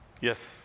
Yes